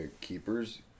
Keepers